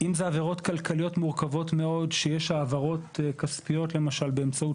אם אלה עבירות כלכליות מורכבות מאוד שיש העברות כספיות באמצעות